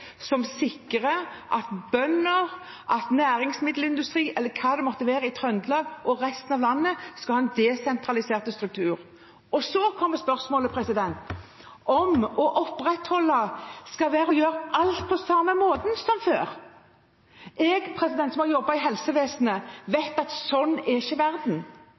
som sikrer at bønder, næringsmiddelindustri eller hva det måtte være, i Trøndelag og i resten av landet, skal ha en desentralisert struktur. Så kommer spørsmålet om å opprettholde skal være å gjøre alt på den samme måten som før. Jeg har jobbet i helsevesenet og vet at sånn er ikke verden.